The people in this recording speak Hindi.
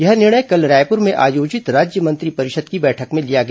यह निर्णय कल रायपुर में आयोजित राज्य मंत्रिपरिषद की बैठक में लिया गया